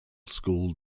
school